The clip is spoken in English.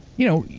you know,